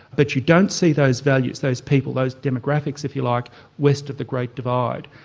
but you don't see those values, those people, those demographics if you like west of the great divide.